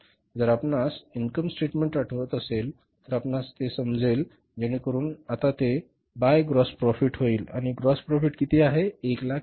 जर आपणास income statement आठवत असेल तर आपणास ते समजेल जेणेकरून आता ते बाय ग्राॅस प्रोफिट होईल आणि ग्राॅस प्रोफिट किती आहे ते 121000 आहे